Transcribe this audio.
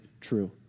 true